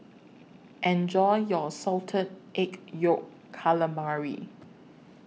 Enjoy your Salted Egg Yolk Calamari